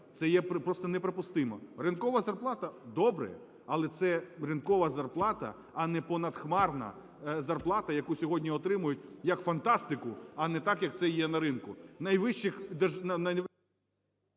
це є просто неприпустимо. Ринкова зарплата – добре, але це ринкова зарплата, а не понадхмарна зарплата, яку сьогодні отримують як фантастику, а не так, як це є на ринку,